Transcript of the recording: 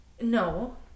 No